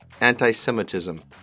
Anti-Semitism